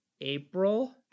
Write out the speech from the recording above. April